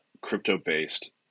crypto-based